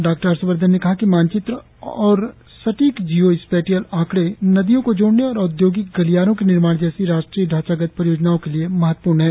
doctor Harshvardhan ने कहा कि मानचित्र और सटीक जियो स्पैटियल आंकड़े नदियों को जोड़ने और औद्योगिक गलियारों के निर्माण जैसी राष्ट्रीय ढांचागत परियोजनाओं के लिए महत्वपूर्ण हैं